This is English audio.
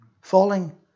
falling